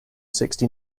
sixty